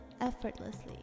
effortlessly